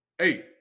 Eight